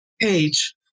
page